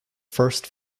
first